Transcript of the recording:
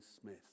Smith